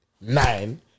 nine